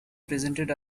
presented